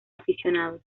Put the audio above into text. aficionados